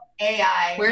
AI